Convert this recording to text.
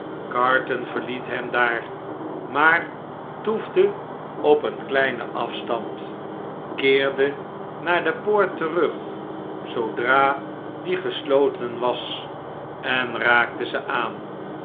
carton verliet hem daar maar toefde op een kleinen afstand keerde naar de poort terug zoodra die gesloten was en raakte ze aan